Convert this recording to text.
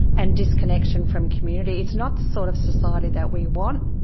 and disconnection from community. it's not the sort of society that we want.